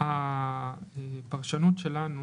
הפרשנות שלנו